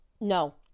No